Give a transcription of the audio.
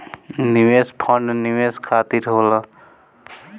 निवेश फंड निवेश खातिर होला